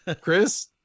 Chris